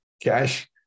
Cash